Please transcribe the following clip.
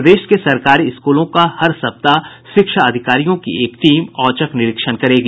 प्रदेश के सरकारी स्कूलों का हर सप्ताह शिक्षा अधिकारियों की एक टीम औचक निरीक्षण करेगी